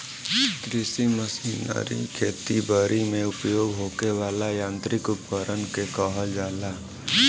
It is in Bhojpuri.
कृषि मशीनरी खेती बरी में उपयोग होखे वाला यांत्रिक उपकरण के कहल जाला